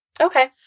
Okay